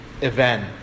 event